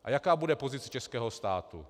A jaká bude pozice českého státu?